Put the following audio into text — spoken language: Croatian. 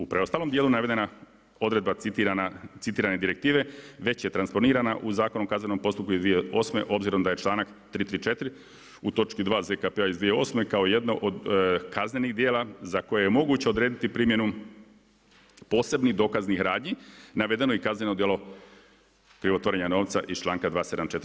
U preostalom dijelu navedena odredba citirane direktive već je transponirana u Zakon o kaznenom postupku iz 2008. obzirom da je članak 334. u točki 2. ZKP-a iz 2008. kao jedno od kaznenih djela za koje je moguće odrediti primjenu posebnih dokaznih radnji navedeno i kazneno djelo krivotvorenja novca iz članka 274.